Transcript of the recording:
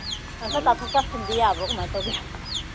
ꯈꯔ ꯇꯥꯊꯣꯛ ꯇꯥꯁꯤꯟꯗꯤ ꯌꯥꯕ꯭ꯔꯣ ꯀꯔꯃꯥꯏꯅ ꯇꯧꯒꯦ